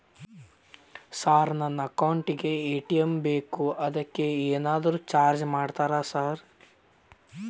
Sir ನನ್ನ account ಗೇ ATM ಬೇಕು ಅದಕ್ಕ ಏನಾದ್ರು ಚಾರ್ಜ್ ಮಾಡ್ತೇರಾ ಸರ್?